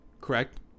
Correct